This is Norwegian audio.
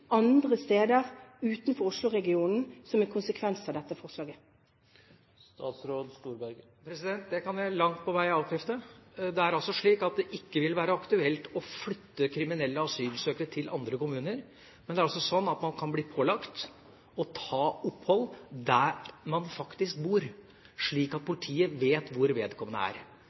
andre steder utenfor Oslo-regionen som en konsekvens av dette forslaget? Det kan jeg langt på vei avkrefte. Det vil ikke være aktuelt å flytte kriminelle asylsøkere til andre kommuner, men de kan bli pålagt å ta opphold der de faktisk bor, slik at politiet vet hvor de er.